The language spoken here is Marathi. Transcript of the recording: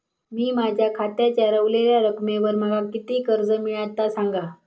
मी माझ्या खात्याच्या ऱ्हवलेल्या रकमेवर माका किती कर्ज मिळात ता सांगा?